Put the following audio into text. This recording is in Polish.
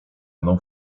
mną